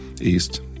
East